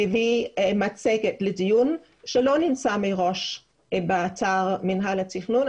מביא מצגת לדיון והיא לא נמצאת מראש באתר מינהל התכנון.